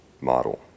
model